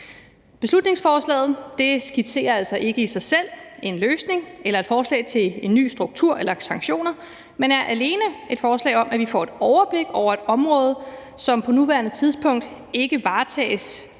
Beslutningsforslaget skitserer altså ikke i sig selv en løsning eller et forslag til en ny struktur eller nye sanktioner, men er alene et forslag om, at vi får et overblik over et område, som på nuværende tidspunkt ikke varetages